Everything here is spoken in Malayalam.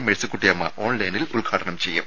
മേഴ്സിക്കുട്ടിയമ്മ ഓൺലൈനായി ഉദ്ഘാടനം ചെയ്യും